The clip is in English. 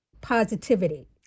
positivity